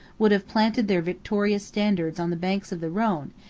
would have planted their victorious standards on the banks of the rhone,